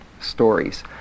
stories